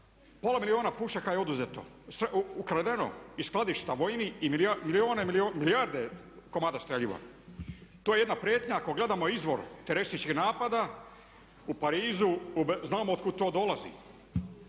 pola milijuna pušaka je oduzeto, ukradeno iz skladišta vojnih i milijarde komada streljiva. To je jedna prijetnja. Ako gledamo izvor terorističkih napada u Parizu znamo otkud to dolazi.